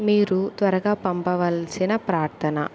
మీరు త్వరగా పంపవలసిన ప్రార్థన